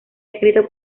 escrito